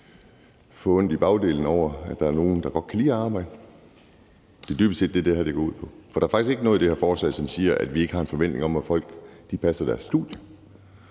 få ondt i bagdelen over, at der er nogen, der godt kan lide at arbejde? Det er dybest set det, det her går ud på. For der er faktisk ikke noget i det her forslag, som siger, at vi ikke har en forventning om, at folk passer deres studie.